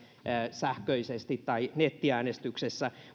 sähköisesti tai nettiäänestyksessä